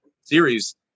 series